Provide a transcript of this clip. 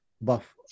buff